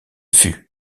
fut